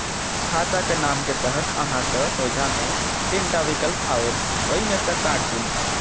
खाताक नाम के तहत अहांक सोझां मे तीन टा विकल्प आओत, ओइ मे सं कार्ड चुनू